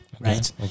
right